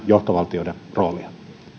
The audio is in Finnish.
johtovaltioiden roolia